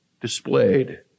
displayed